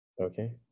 Okay